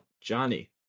Johnny